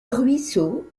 ruisseau